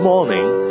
morning